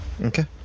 Okay